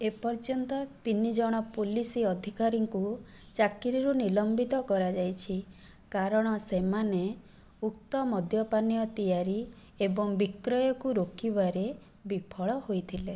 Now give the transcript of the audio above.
ଏପର୍ଯ୍ୟନ୍ତ ତିନିଜଣ ପୋଲିସ୍ ଅଧିକାରୀଙ୍କୁ ଚାକିରିରୁ ନିଲମ୍ବିତ କରାଯାଇଛି କାରଣ ସେମାନେ ଉକ୍ତ ମଦ୍ୟପାନୀୟ ତିଆରି ଏବଂ ବିକ୍ରୟକୁ ରୋକିବାରେ ବିଫଳ ହୋଇଥିଲେ